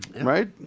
right